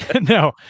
no